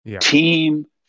Team